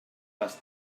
les